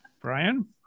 Brian